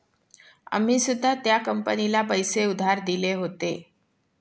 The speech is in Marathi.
आम्ही सुद्धा त्या कंपनीला पैसे उधार दिले होते